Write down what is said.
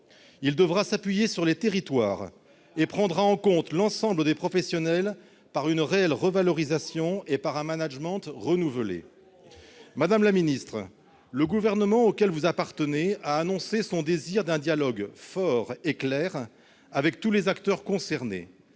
devra s'appuyer sur les territoires et prendre en compte l'ensemble des professionnels, par une réelle revalorisation et un management renouvelé. Madame la ministre, le gouvernement auquel vous appartenez a fait part de son désir de nouer un dialogue fort et clair avec tous les acteurs concernés.